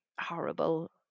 horrible